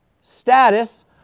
status